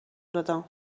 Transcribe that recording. دادم